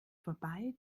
vorbei